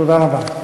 תודה רבה.